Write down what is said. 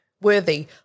worthy